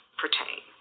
pertain